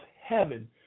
heaven